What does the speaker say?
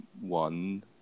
one